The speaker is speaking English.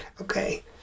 Okay